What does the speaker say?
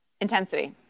intensity